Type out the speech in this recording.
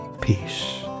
peace